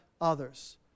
others